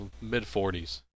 mid-40s